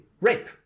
rape